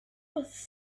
was